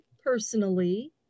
personally